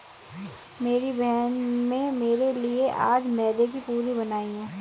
मेरी बहन में मेरे लिए आज मैदे की पूरी बनाई है